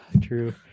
True